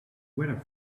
weather